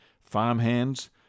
farmhands